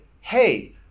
hey